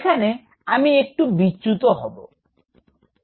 এখানে আমি একটু বিচ্যুত হব Refer time 0916